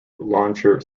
launcher